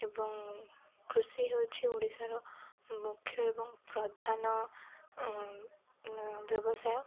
ଏବଂ କୃଷି ହେଉଛି ଓଡ଼ିଶାର ମୁଖ୍ୟ ଏବଂ ପ୍ରଧାନ ବ୍ୟବସାୟ